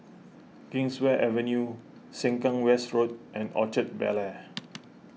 Kingswear Avenue Sengkang West Road and Orchard Bel Air